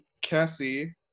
cassie